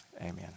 Amen